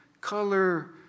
color